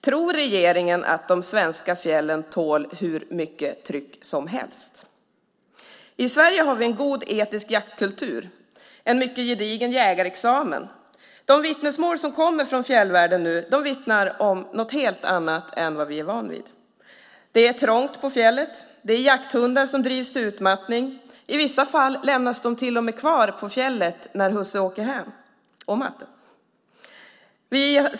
Tror regeringen att de svenska fjällen tål hur stort tryck som helst? I Sverige har vi en god etisk jaktkultur och en mycket gedigen jägarexamen. De vittnesmål som kommer från fjällvärlden nu visar något helt annat än vad vi är vana vid. Det är trångt på fjället. Det är jakthundar som drivs till utmattning och i vissa fall till och med lämnas kvar på fjället när husse åker hem.